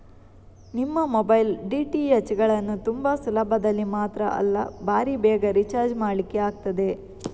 ನಿಮ್ಮ mobile, DTH ಗಳನ್ನ ತುಂಬಾ ಸುಲಭದಲ್ಲಿ ಮಾತ್ರ ಅಲ್ಲ ಭಾರೀ ಬೇಗ ರಿಚಾರ್ಜ್ ಮಾಡ್ಲಿಕ್ಕೆ ಆಗ್ತದೆ